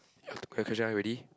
your your question are you ready